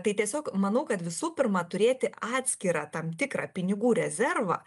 tai tiesiog manau kad visų pirma turėti atskirą tam tikrą pinigų rezervą